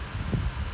ya